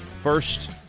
first